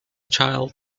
child